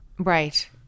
Right